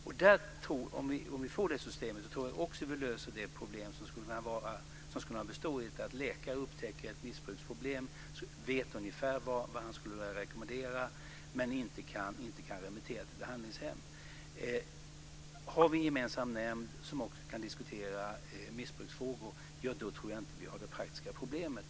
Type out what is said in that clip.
Om vi får det systemet tror jag att vi också löser det problem som skulle kunna bestå i att läkare upptäcker ett missbruksproblem och vet ungefär vad han skulle vilja rekommendera, men inte kan remittera till ett behandlingshem. Har vi en gemensam nämnd som också kan diskutera missbruksfrågor så tror jag inte att vi har det praktiska problemet.